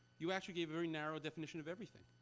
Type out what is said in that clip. you actually gave a very narrow definition of everything,